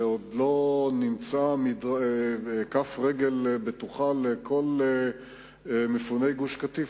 שעוד לא נמצאה כף רגל בטוחה לכל מפוני גוש-קטיף,